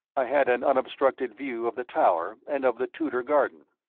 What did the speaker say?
i had an unobstructed view of the tower and of the tudor garden.